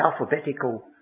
alphabetical